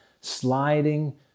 Sliding